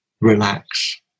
relax